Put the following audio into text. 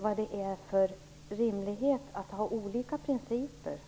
vad det finns för rimlighet i att ha olika principer.